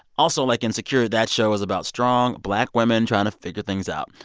also, like insecure, that show was about strong black women trying to figure things out.